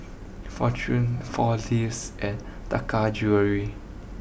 Fortune four Leaves and Taka Jewelry